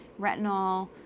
retinol